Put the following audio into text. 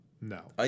No